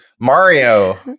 mario